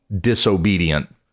disobedient